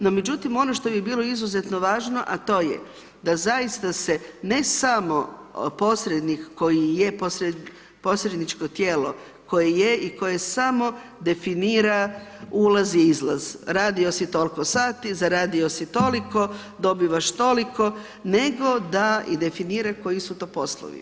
No međutim, ono što bi bilo izuzetno važno, a to je da zaista se ne samo posrednik koji je posredničko tijelo koje je i koje samo definira ulaz i izlaz, radio si toliko sati, zaradio si toliko, dobivaš toliko, nego da i definira koji su to poslovi.